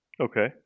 Okay